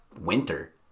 winter